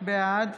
בעד